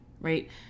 right